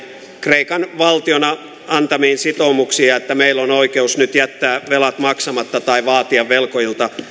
kreikan valtiona antamiin sitoumuksiin ja että meillä on oikeus nyt jättää velat maksamatta tai vaatia velkojilta